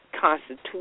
constitution